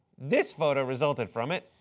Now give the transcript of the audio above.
this photo resulted from it.